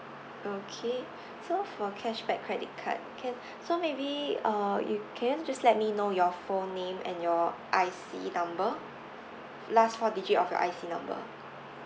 okay so for cashback credit card can so maybe uh you can you just let me know your full name and your I_C number last four digit of your I_C number